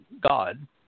God